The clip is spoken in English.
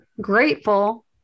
grateful